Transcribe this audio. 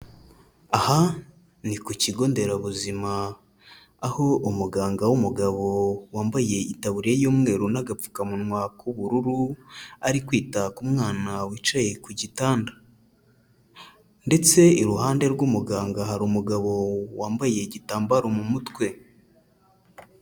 Aha ni ku kigo nderabuzima, aho umuganga w'umugabo wambaye itaburiya y'umweru n'agapfukamunwa k'ubururu ari kwita k'umwana wicaye ku gitanda, ndetse iruhande rw'umuganga hari umugabo wambaye igitambaro mu mutwe.